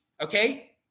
Okay